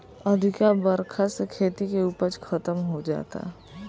अधिका बरखा से खेती के उपज खतम हो जाता